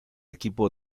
equipo